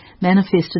manifested